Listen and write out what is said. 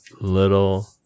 little